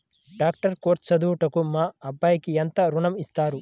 Doctor course చదువుటకు మా అబ్బాయికి ఎంత ఋణం ఇస్తారు?